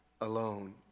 alone